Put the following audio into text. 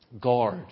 Guard